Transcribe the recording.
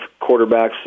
quarterbacks